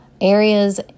areas